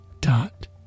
dot